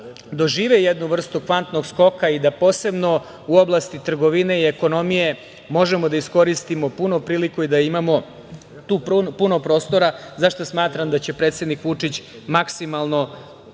dožive jednu vrstu kvantnog skoka, da posebno u oblasti trgovine i ekonomije možemo da iskoristimo punu priliku i da imamo tu puno prostora za šta smatram da će predsednik Vučić maksimalno